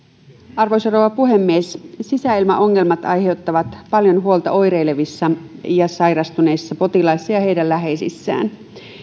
arvoisa rouva puhemies sisäilmaongelmat aiheuttavat paljon huolta oireilevissa ja sairastuneissa potilaissa ja heidän läheisissään